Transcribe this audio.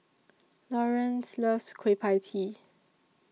Laurance loves Kueh PIE Tee